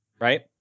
Right